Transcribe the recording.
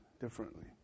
differently